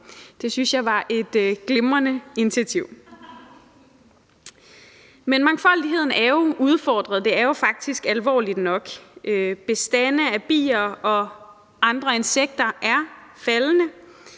Det synes jeg var et glimrende initiativ. Men mangfoldigheden er udfordret; det er jo faktisk alvorligt nok. Bestande af bier og andre insekter er faldende,